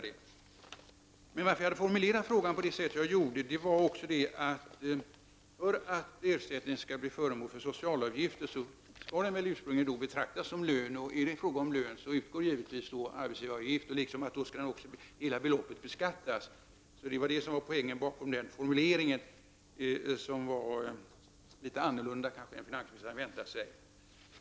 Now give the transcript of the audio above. Anledningen till att jag formulerade frågan på det sätt som jag gjorde var att ersättningen, för att den skall bli föremål för sociala avgifter, ursprungligen skall betraktas som lön. Är det fråga om lön utgår givetvis arbetsgivaravgifter. Då skall alltså hela beloppet beskattas. Det var poängen bakom formuleringen, som var litet annorlunda än vad finansministern kanske hade väntat sig.